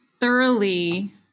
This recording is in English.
thoroughly